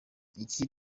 iki